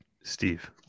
Steve